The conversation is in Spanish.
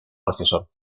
profesor